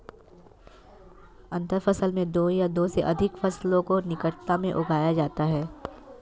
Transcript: अंतर फसल में दो या दो से अघिक फसलों को निकटता में उगाया जाता है